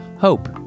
Hope